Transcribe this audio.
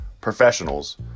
professionals